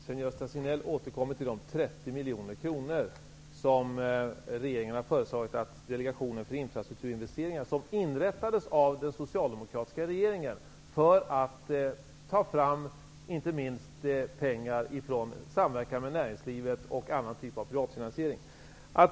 Herr talman! Sven-Gösta Signell återkommer till de 30 miljoner kronor som regeringen vill anslå till Delegationen för infrastrukturinvesteringar, som inrättades av den socialdemokratiska regeringen för att den i samverkan med näringslivet skulle ta fram pengar och annan typ av privatfinansiering.